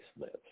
lives